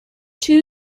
two